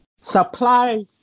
supply